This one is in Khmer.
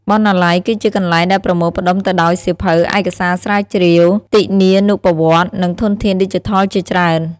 បណ្ណាល័យគឺជាកន្លែងដែលប្រមូលផ្តុំទៅដោយ សៀវភៅ ឯកសារស្រាវជ្រាវ ទិនានុប្បវត្តិ និងធនធានឌីជីថល ជាច្រើន។